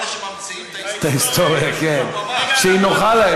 ההיסטוריה היא חשובה.